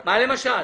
מה למשל?